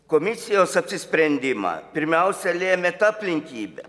komisijos apsisprendimą pirmiausia lėmė ta aplinkybė